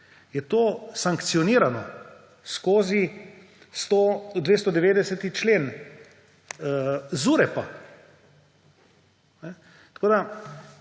je to sankcionirano skozi 290. člen ZUreP.